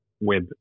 web